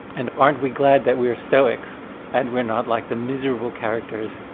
and aren't we glad that we're stoics and we're not like the miserable characters,